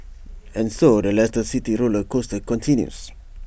and so the Leicester city roller coaster continues